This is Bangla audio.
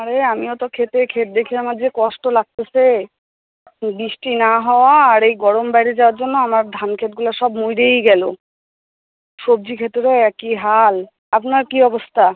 আরে আমিও তো ক্ষেতে ক্ষেত দেখে আমার যে কষ্ট লাগতেসে বৃষ্টি না হওয়া আর এই গরম বাইরে যাওয়ার জন্য আমার ধান ক্ষেতগুলো সব মইরেই গেলো সবজি ক্ষেতেরও একই হাল আপনার কী অবস্থা